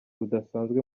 rudasanzwe